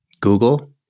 Google